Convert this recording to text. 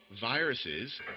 viruses